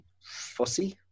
fussy